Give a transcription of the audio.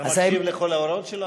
אתה מקשיב לכל ההוראות שלו?